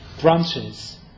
branches